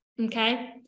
okay